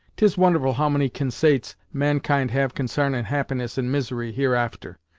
tis wonderful how many consaits mankind have consarnin happiness and misery, here after!